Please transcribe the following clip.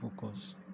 focus